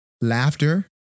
laughter